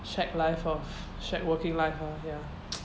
shag life lor shag working life ah ya